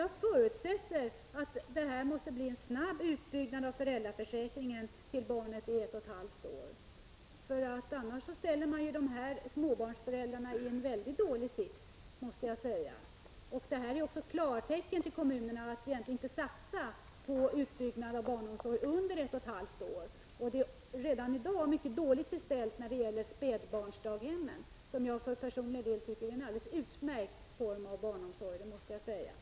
Jag förutsätter att det blir en snabb utbyggnad av föräldraförsäkringen så att ersättningen utgår till dess att barnet är ett och ett halvt år. Annars försätter man småbarnsföräldrarna i en väldigt dålig situation. Det nuvarande systemet uppfattas dessutom av kommunerna som ett klartecken för att inte behöva satsa på en utbyggnad av barnomsorgen för barn under ett och ett halvt år. Redan i dag är det mycket dåligt beställt när det gäller spädbarnsdaghemmen, som jag för min personliga del tycker är en alldeles utmärkt form av barnomsorg.